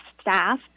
staff